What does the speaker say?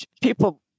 people